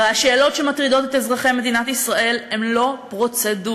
הרי השאלות שמטרידות את אזרחי מדינת ישראל הן לא פרוצדורליות,